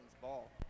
ball